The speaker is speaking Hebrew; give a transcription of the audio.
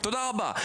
תודה רבה.